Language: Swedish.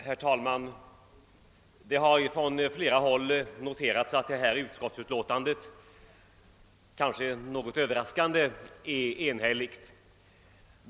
Herr talman! Det har från flera håll noterats att detta utlåtande — kanske något överraskande — är enhälligt.